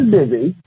busy